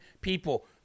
people